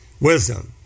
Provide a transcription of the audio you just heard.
wisdom